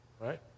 Right